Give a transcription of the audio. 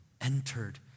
entered